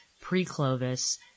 pre-Clovis